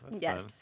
Yes